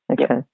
Okay